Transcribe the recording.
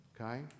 Okay